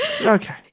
Okay